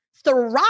thrive